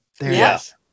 Yes